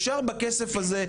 אפשר בכסף הזה,